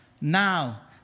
Now